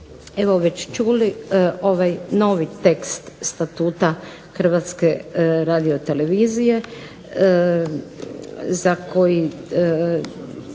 smo već čuli ovaj novi tekst Statuta Hrvatske radiotelevizije za koji